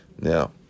Now